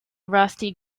rusty